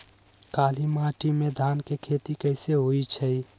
काली माटी में धान के खेती कईसे होइ छइ?